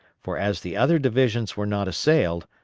for as the other divisions were not assailed,